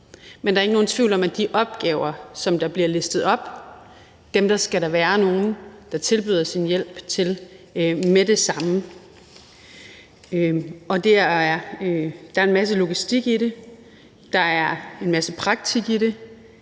men der er ikke nogen tvivl om, at de opgaver, som der bliver listet op, skal der være nogen der tilbyder sin hjælp til med det samme. Der er en masse logistik i det, der er en masse praktik i det,